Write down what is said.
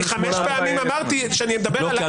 1,800. חמש פעמים אמרתי שאני מדבר על ארבעה.